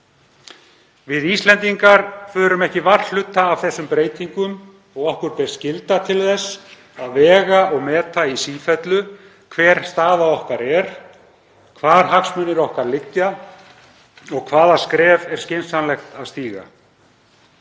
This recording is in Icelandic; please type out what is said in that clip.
Við Íslendingar förum ekki varhluta af þessum breytingum og okkur ber skylda til að vega og meta í sífellu hver staða okkar er, hvar hagsmunir okkar liggja og hvaða skref er skynsamlegt að stíga.